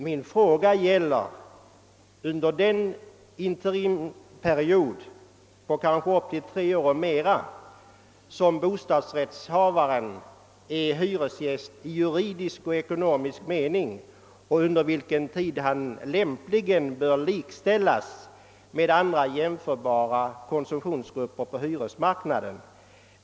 Min fråga gällde den interimsperiod på kanske tre år eller mera som bostadsrättsinnehavaren är hyresgäst i juridisk mening och under vilken tid han lämpligen bör likställas med andra jämförbara konsumentgrupper på bostadsmarknaden.